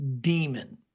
demon